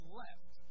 left